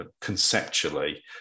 conceptually